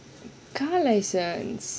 car license